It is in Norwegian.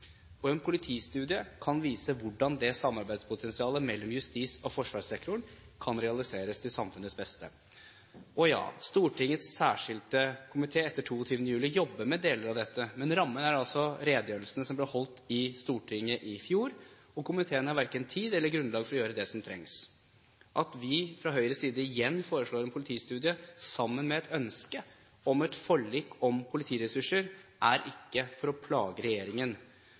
politistudie kan vise hvordan samarbeidspotensialet mellom justis- og forsvarssektoren kan realiseres til samfunnets beste. Og ja, Stortingets særskilte komité etter 22. juli jobber med deler av dette, men rammen er altså redegjørelsene som ble holdt i Stortinget i fjor, og komiteen har verken tid til eller grunnlag for å gjøre det som trengs. At vi fra Høyres side igjen foreslår en politistudie sammen med et ønske om et forlik om politiressurser, er ikke for å plage regjeringen. Det foreligger, som Jan Bøhler påpekte, mange rapporter og utredninger som regjeringen